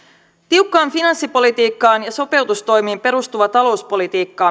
tiukkaan finanssipolitiikkaan ja sopeutumistoimiin perustuva talouspolitiikka